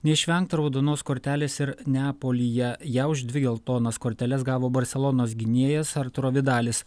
neišvengta raudonos kortelės ir neapolyje ją už dvi geltonas korteles gavo barselonos gynėjas arturo vidalis